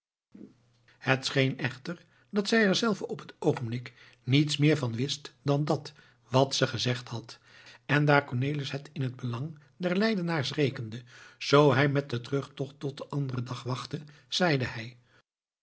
scheen echter dat zij er zelve op het oogenblik niets meer van wist dan dat wat ze gezegd had en daar cornelis het in het belang der leidenaars rekende zoo hij met den terugtocht tot den anderen dag wachtte zeide hij